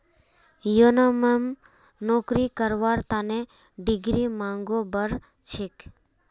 यनमम नौकरी करवार तने डिग्रीर मांगो बढ़ छेक